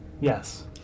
Yes